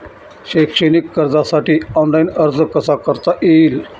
शैक्षणिक कर्जासाठी ऑनलाईन अर्ज कसा करता येईल?